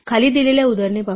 खाली दिलेली उदाहरणे पाहूया